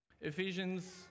Ephesians